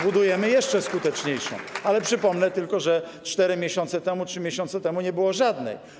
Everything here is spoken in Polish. Budujemy jeszcze skuteczniejszą, ale przypomnę tylko, że cztery, trzy miesiące temu nie było żadnej.